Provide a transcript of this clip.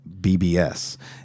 BBS